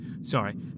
Sorry